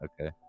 okay